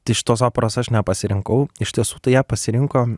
tai šitos operos aš nepasirinkau iš tiesų tai ją pasirinko